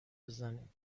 بزنیم